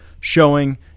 showing